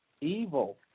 evil